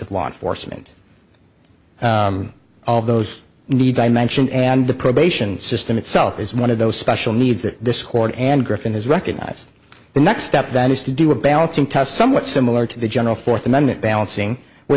of law enforcement all those needs i mentioned and the probation system itself is one of those special needs that discord and griffin has recognized the next step that is to do a balancing test somewhat similar to the general fourth amendment balancing where